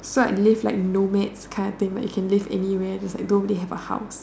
so I live like nomads kind of thing like you can live anywhere cause nobody has a house